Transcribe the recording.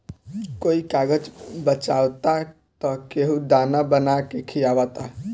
कोई कागज बचावता त केहू दाना बना के खिआवता